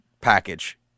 package